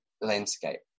landscape